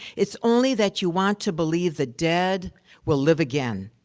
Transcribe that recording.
it's only that you want to believe the dead will live again.